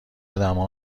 ادمها